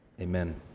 amen